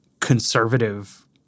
conservative